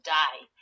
die